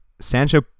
Sancho